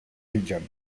region